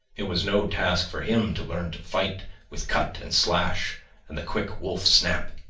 it was no task for him to learn to fight with cut and slash and the quick wolf snap.